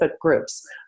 groups